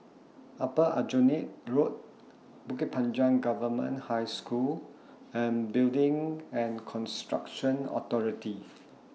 Upper Aljunied Road Bukit Panjang Government High School and Building and Construction Authority